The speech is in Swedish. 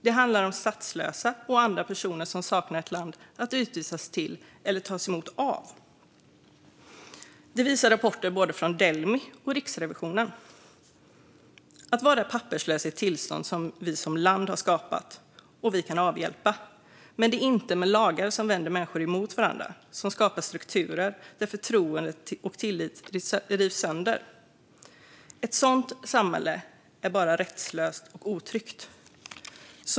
Det handlar om statslösa och andra personer som saknar land att utvisas till eller tas emot av. Det visar rapporter från både Delmi och Riksrevisionen. Att vara papperslös är ett tillstånd som vi som land har skapat och som vi kan avhjälpa. Men det gör man inte med lagar som vänder människor mot varandra och som skapar strukturer där förtroende och tillit rivs sönder. Ett sådant samhälle är bara rättslöst och otryggt.